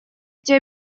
эти